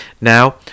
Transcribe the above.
Now